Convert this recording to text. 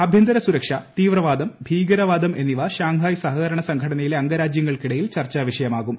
ആഭ്യന്തര സുരക്ഷ തീവ്രവാദം ഭീകരവാദം എന്നിവ ഷാങ്ഹായ് സഹകരണ സംഘടനയിലെ അംഗരാജ്യങ്ങൾക്കിടയിൽ ചർച്ചാ വിഷയമാകും